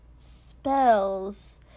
Spells